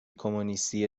کمونیستی